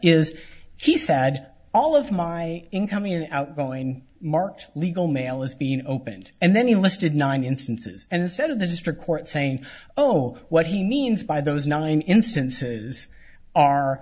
is he said all of my incoming and outgoing marked legal mail is being opened and then he listed nine instances and instead of the district court saying oh what he means by those nine instances are